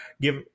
give